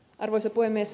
arvoisa puhemies